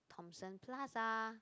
Thomson-Plaza